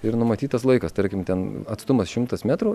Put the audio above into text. ir numatytas laikas tarkim ten atstumas šimtas metrų